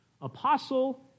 apostle